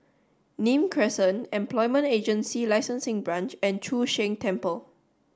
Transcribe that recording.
Nim Crescent Employment Agency Licensing Branch and Chu Sheng Temple